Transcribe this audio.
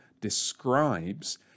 describes